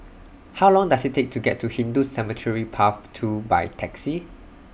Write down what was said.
How Long Does IT Take to get to Hindu Cemetery Path two By Taxi